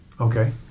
Okay